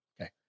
Okay